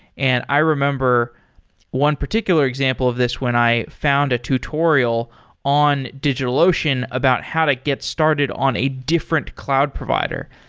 and i remember one particular example of this when i found a tutorial in digitalocean about how to get started on a different cloud provider.